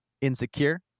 Insecure